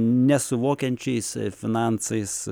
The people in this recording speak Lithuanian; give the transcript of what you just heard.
nesuvokiančiais finansais